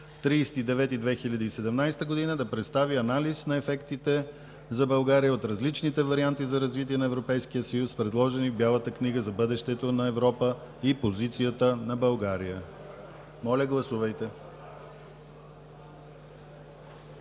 2017 г. да представи анализ на ефектите за България от различните варианти за развитие на Европейския съюз, предложени в Бялата книга за бъдещето на Европа и позицията на България.“ Моля, гласувайте.